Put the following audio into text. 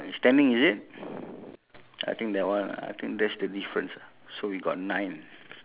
uh where do you check fourteen minutes